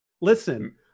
Listen